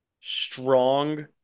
strong